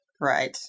Right